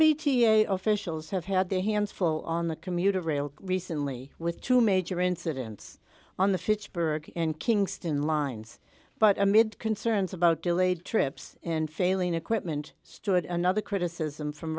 b t a officials have had their hands full on the commuter rail recently with two major incidents on the fitchburg in kingston lines but amid concerns about delayed trips and failing equipment stored another criticism from